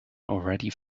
already